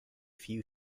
few